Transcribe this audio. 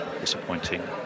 disappointing